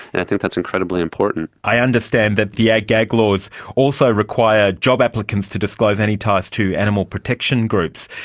and i think that's incredibly important. i understand that the ag-gag laws also require job applicants to disclose any ties to animal protection groups.